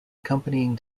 accompanying